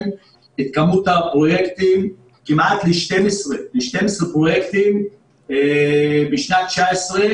את כמות הפרויקטים כמעט ל-12 פרויקטים בשנת 2019,